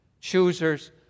Choosers